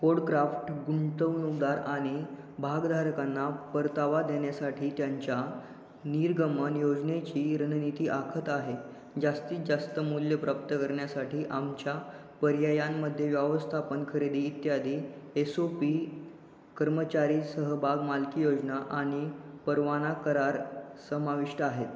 CodeCraft गुंतवणूकदार आणि भागधारकांना परतावा देण्यासाठी त्यांच्या निर्गमन योजनेची रणनीती आखत आहे जास्तीत जास्त मूल्य प्राप्त करण्यासाठी आमच्या पर्यायांमध्ये व्यवस्थापन खरेदी इत्यादी एस ओ पी कर्मचारी सहबाग मालकी योजना आणि परवाना करार समाविष्ट आहेत